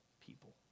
people